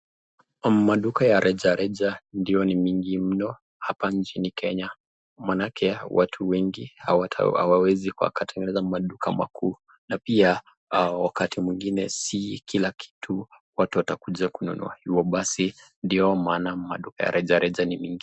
Maduka ya reja reja ndio ni mingi mno hapa nchini Kenya , manake watu wengi hawawezi kutengeneza maduka makuu, pia wakati mwingine si kila kitu watu watakuja kununua, hivo basi ndio maana maduka ya reja reja ni mingi.